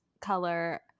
color